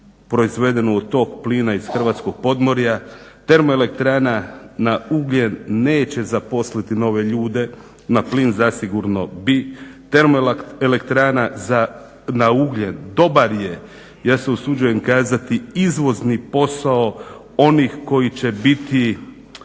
proizvedenu od tog plina iz hrvatskog podmorja. Termoelektrana na ugljen neće zaposliti nove ljude, na plin zasigurno bi. Termoelektrana na ugljen dobar je, ja se usuđujem kazati izvozni posao onih koji će biti